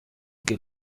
que